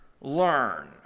learn